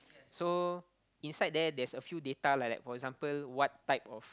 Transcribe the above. so inside there there's a few data like that for example what type of